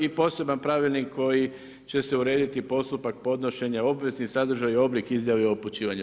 I poseban pravilnik koji će urediti postupak podnošenja obveznih sadržaja i oblik izjave o upućivanju.